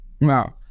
Wow